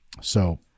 So-